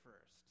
first